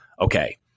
okay